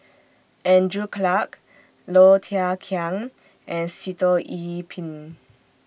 Andrew Clarke Low Thia Khiang and Sitoh Yih Pin